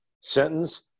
sentence